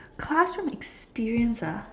classroom experience ah